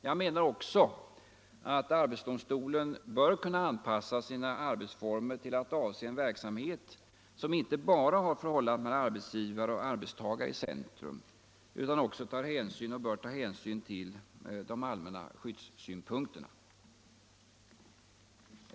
Jag menar också att arbetsdomstolen bör kunna anpassa sina arbetsformer till att avse en verksamhet, som inte bara har förhållandet mellan arbetsgivare och arbetstagare i centrum utan som också tar hänsyn till de allmänna skyddssynpunkterna.